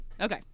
Okay